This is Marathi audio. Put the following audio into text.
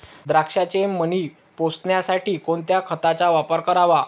द्राक्षाचे मणी पोसण्यासाठी कोणत्या खताचा वापर करावा?